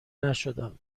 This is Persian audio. نشدم